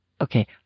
Okay